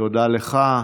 תודה לך.